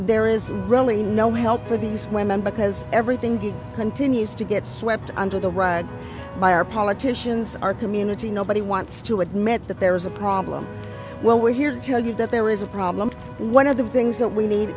there is really no help for these women because everything he continues to get swept under the rug by our politicians our community nobody wants to admit that there is a problem well we're here to tell you that there is a problem one of the things that we need